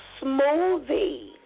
Smoothie